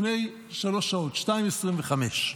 לפני שלוש שעות, ב-14:25.